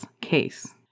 case